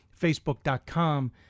facebook.com